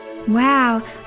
Wow